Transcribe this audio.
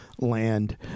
land